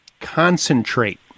concentrate